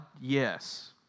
Yes